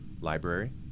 library